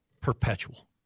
Perpetual